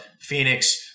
Phoenix